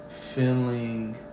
feeling